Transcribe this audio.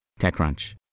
TechCrunch